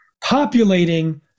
populating